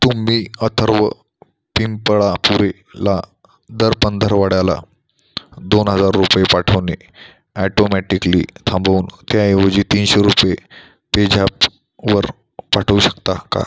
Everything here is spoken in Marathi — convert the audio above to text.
तुम्ही अथर्व पिंपळापुरेला दर पंधरवड्याला दोन हजार रुपये पाठवणे अॅटोमॅटिकली थांबवून त्याऐवजी तीनशे रुपये पेझॅपवर पाठवू शकता का